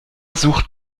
sucht